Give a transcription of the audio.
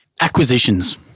Acquisitions